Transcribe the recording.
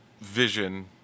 vision